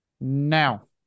Now